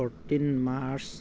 fourteen March